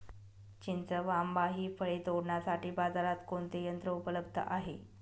चिंच व आंबा हि फळे तोडण्यासाठी बाजारात कोणते यंत्र उपलब्ध आहे?